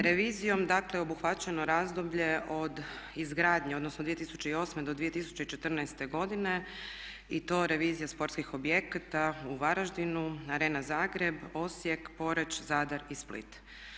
Revizijom dakle obuhvaćeno je razdoblje od izgradnje odnosno 2008. do 2014. godine i to revizija sportskih objekata u Varaždinu, Arena Zagreb, Osijek, Poreč, Zadar i Split.